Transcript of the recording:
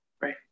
right